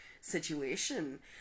situation